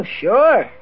sure